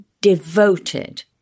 devoted